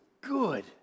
good